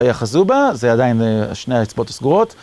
יחזו בה, זה עדיין שני האצבעות הסגורות.